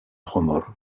honor